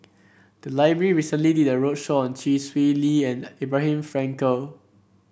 the library recently did a roadshow on Chee Swee Lee and Abraham Frankel